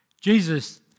Jesus